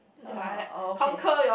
okay